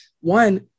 one